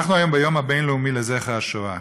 אנחנו היום ביום הבין-לאומי לזכר קורבנות השואה.